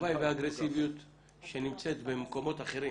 הלוואי והאגרסיביות שנמצאת במקומות אחרים,